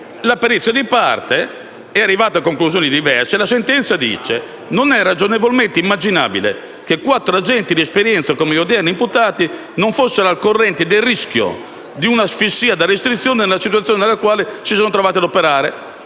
la perizia di parte è arrivata a conclusioni diverse e la sentenza dice: «Non è ragionevolmente immaginabile che quattro agenti di esperienza come gli odierni imputati non fossero al corrente del rischio di una asfissia da restrizione nella situazione nella quale si sono trovati ad operare,